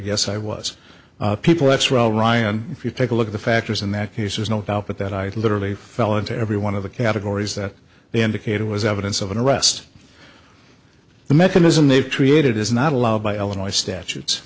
yes i was people that's well ryan if you take a look at the factors in that case there's no doubt but that i literally fell into every one of the categories that they indicated was evidence of an arrest the mechanism they've created is not allowed by illinois statutes